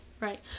Right